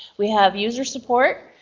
we have user support.